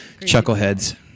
chuckleheads